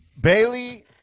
Bailey